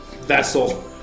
vessel